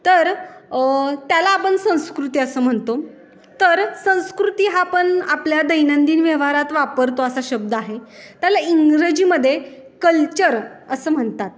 तर त्याला आपण संस्कृती असं म्हणतो तर संस्कृती हा पण आपल्या दैनंदिन व्यवहारात वापरतो असा शब्द आहे त्याला इंग्रजीमध्ये कल्चर असं म्हणतात